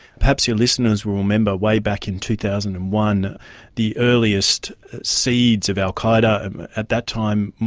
perhaps your listeners will remember way back in two thousand and one the earliest seeds of al qaeda and at that time,